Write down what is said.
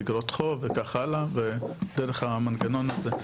באגרות חוב וכך הלאה דרך המנגנון הזה,